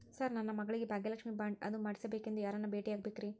Sir ನನ್ನ ಮಗಳಿಗೆ Bhagyalakshmi bond ಅದು ಮಾಡಿಸಬೇಕೆಂದು ಯಾರನ್ನ ಭೇಟಿಯಾಗಬೇಕ್ರಿ?